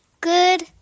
Good